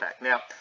Now